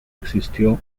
existió